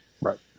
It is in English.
Right